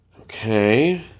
Okay